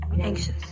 anxious